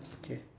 okay